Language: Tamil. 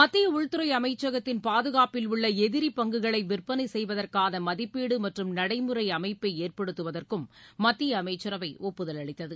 மத்திய உள்துறை அமைச்சகத்தின் பாதுகாப்பில் உள்ள எதிரி பங்குகளை விற்பனை செய்வதற்கான மதிப்பீடு மற்றும் நடைமுறை அமைப்பை ஏற்படுத்துவதற்கும் மத்திய அமைச்சரவை ஒப்புதல் அளித்தது